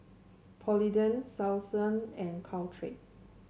Polident Selsun and Caltrate